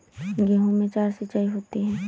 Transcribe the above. गेहूं में चार सिचाई होती हैं